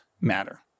matter